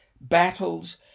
battles